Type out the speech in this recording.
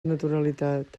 naturalitat